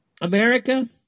America